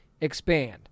expand